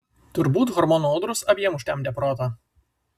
turbūt hormonų audros abiem užtemdė protą